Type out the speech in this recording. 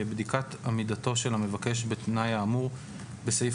בדיקת עמידתו של המבקש בתנאי האמור בסעיף